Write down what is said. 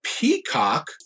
Peacock